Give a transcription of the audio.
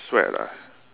sweat lah